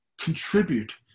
contribute